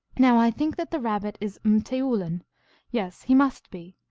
now i think that the rabbit is mteoulin. yes, he must be,